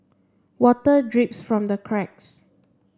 water drips from the cracks